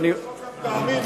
אני אומר לך יותר מזה,